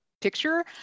picture